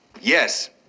Yes